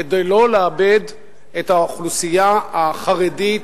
כדי לא לאבד את האוכלוסייה החרדית,